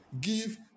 Give